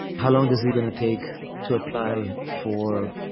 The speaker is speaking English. how long does it going to take to apply for